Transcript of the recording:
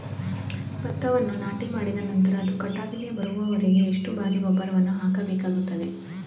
ಭತ್ತವನ್ನು ನಾಟಿಮಾಡಿದ ನಂತರ ಅದು ಕಟಾವಿಗೆ ಬರುವವರೆಗೆ ಎಷ್ಟು ಬಾರಿ ಗೊಬ್ಬರವನ್ನು ಹಾಕಬೇಕಾಗುತ್ತದೆ?